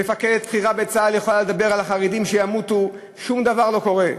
מפקדת בכירה בצה"ל יכולה לדבר על החרדים שימותו ושום דבר לא קורה.